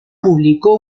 publicó